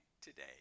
today